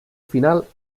final